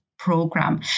program